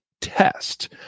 test